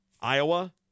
Iowa